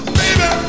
baby